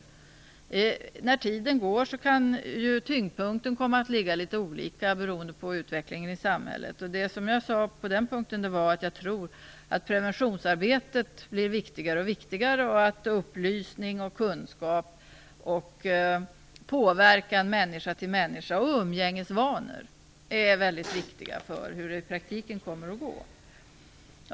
Allteftersom tiden går kan tyngdpunkten komma att ligga litet olika, beroende på utvecklingen i samhället. På den punkten har jag sagt att jag tror att preventionsarbetet blir allt viktigare och att upplysning, kunskap, påverkan från människa till människa samt umgängesvanor är väldigt viktiga för hur det i praktiken kommer att gå.